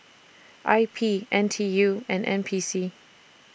I P N T U and N P C